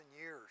years